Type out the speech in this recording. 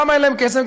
למה אין להן כסף?